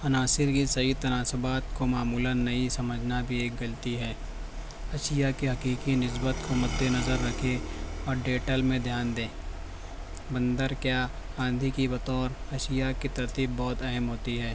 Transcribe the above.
عناصر کی صحیح تناسبات کو معمولاً نہیں سمجھنا بھی ایک غلطی ہے اشیا کے حقیقی نسبت کو مد نظر رکھیں اور ڈیٹل میں دھیان دیں بندر کیا آندھی کی بطور اشیا کی ترتیب بہت اہم ہوتی ہے